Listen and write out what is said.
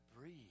breathe